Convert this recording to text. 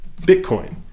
Bitcoin